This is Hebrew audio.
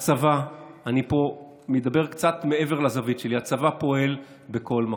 אני מדבר קצת מעבר לזווית שלי: הצבא פועל בכל מקום.